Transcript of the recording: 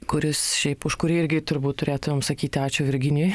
kuris šiaip už kurį irgi turbūt turėtumėm sakyti ačiū virginijui